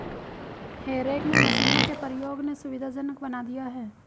हे रेक में मशीनों के प्रयोग ने सुविधाजनक बना दिया है